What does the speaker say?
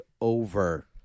over